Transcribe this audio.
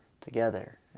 together